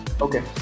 Okay